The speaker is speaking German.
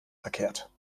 verkehrt